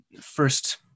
first